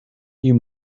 you